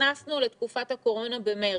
נכנסנו לתקופת הקורונה בחודש מארס.